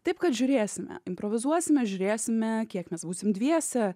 taip kad žiūrėsime improvizuosime žiūrėsime kiek mes būsim dviese